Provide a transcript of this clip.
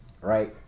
Right